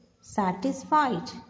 Satisfied